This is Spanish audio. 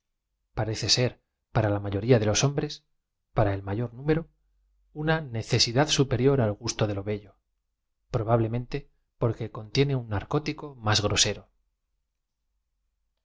parece ser p ara la m ayoría de los hombres p ara el m ayor nmero uua recesidad superior al gusto de bello probablemente porque contiene un narcótico más grosero